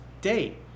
date